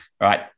right